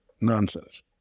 Nonsense